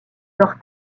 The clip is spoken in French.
leurs